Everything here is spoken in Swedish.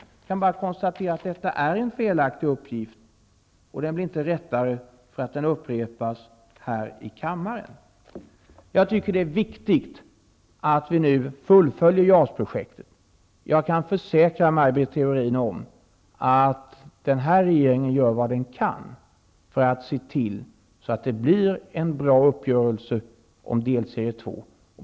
Jag kan bara konstatera att det är en felaktig uppgift. Den blir inte rättare för att den upprepas i kammaren. Det är viktigt att vi nu fullföljer JAS-projektet. Jag kan försäkra Maj Britt Theorin om att den här regeringen gör vad den kan för att se till att det skall bli en bra uppgörelse om delserie 2.